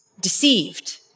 deceived